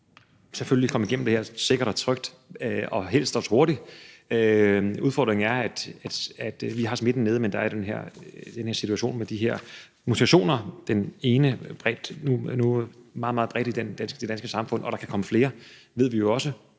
meget gerne komme igennem det har sikkert og trygt og helst også hurtigt. Udfordringen er, at vi har smitten nede, men at der er situationen med de her mutationer. Den ene er meget, meget udbredt i det danske samfund. Og vi ved jo også,